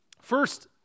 First